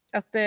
Att